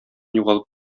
югалып